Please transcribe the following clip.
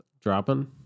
Dropping